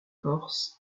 corse